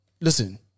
listen